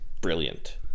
brilliant